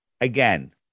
again